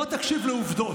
בוא תקשיב לעובדות.